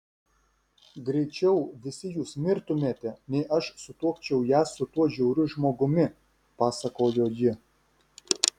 greičiau visi jūs mirtumėte nei aš sutuokčiau ją su tuo žiauriu žmogumi pasakojo ji